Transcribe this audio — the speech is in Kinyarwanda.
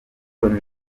uburyo